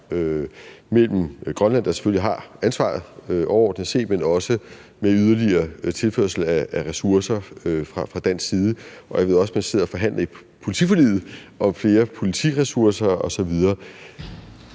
med Grønland, der selvfølgelig har ansvaret overordnet set, men også får yderligere tilførsel af ressourcer fra dansk side. Jeg ved også, at man sidder og forhandler i politiforliget om flere politiressourcer osv.